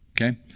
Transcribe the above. okay